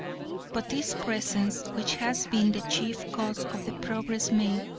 but this presence, which has been the chief cause of the progress made,